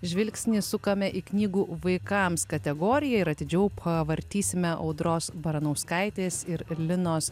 žvilgsnį sukame į knygų vaikams kategoriją ir atidžiau pavartysime audros baranauskaitės ir linos